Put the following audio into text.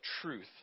truth